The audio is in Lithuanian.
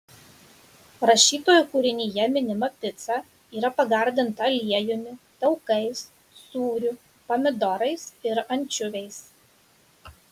rašytojo kūrinyje minima pica yra pagardinta aliejumi taukais sūriu pomidorais ir ančiuviais